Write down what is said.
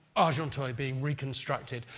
argenteuil being reconstructed.